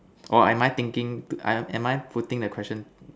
or am I thinking I don't am I putting the question